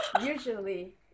usually